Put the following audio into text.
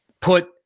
put